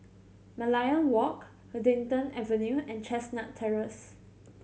Merlion Walk Huddington Avenue and Chestnut Terrace